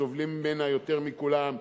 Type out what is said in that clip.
סובלים מזה יותר מכולם,